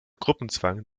gruppenzwang